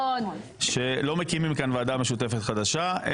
שלא מקימים כאן ועדה משותפת חדשה,